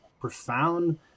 profound